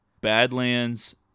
Badlands